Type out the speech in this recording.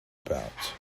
about